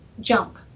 jump